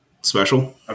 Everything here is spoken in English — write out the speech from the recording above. special